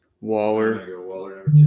Waller